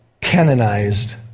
canonized